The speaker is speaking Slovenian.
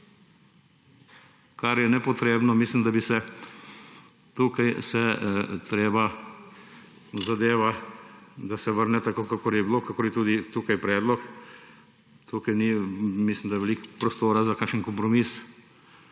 Kar je nepotrebno in mislim, da se zadeva vrne tako, kakor je bilo, kakor je tudi tukaj predlog. Tukaj mislim, da ni veliko prostora za kakšen kompromis,